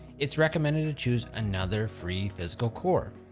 it's recommended to choose another free physical core.